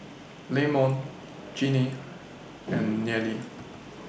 Leamon Jinnie and Nealie